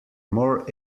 more